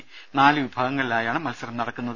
നാല് നാല് വിഭാഗങ്ങളിലായാണ് മത്സരം നടക്കുന്നത്